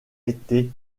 été